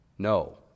No